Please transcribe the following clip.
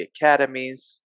Academies